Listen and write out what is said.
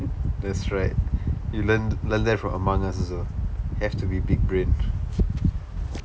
that's right you learned learn that from among us also have to be big brained